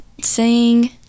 sing